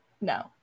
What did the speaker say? no